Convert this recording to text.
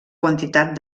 quantitat